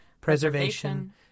preservation